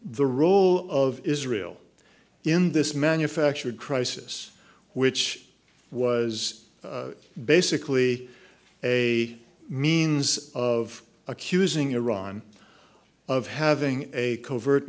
the role of israel in this manufactured crisis which was basically a means of accusing iran of having a covert